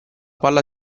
palla